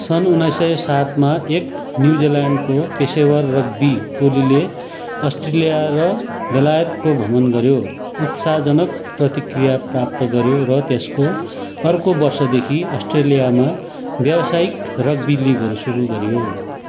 सन् उन्नाइस सय सातमा एक न्युजिल्यान्डको पेसेवर रग्बी टोलीले अस्ट्रेलिया र बेलायतको भ्रमण गऱ्यो उत्साहजनक प्रतिक्रिया प्राप्त गऱ्यो र त्यसको अर्को वर्षदेखि अस्ट्रेलियामा व्यावसायिक रग्बी लीगहरू सुरु गरियो